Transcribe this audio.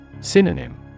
Synonym